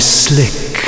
slick